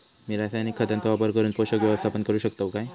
मी रासायनिक खतांचो वापर करून पोषक व्यवस्थापन करू शकताव काय?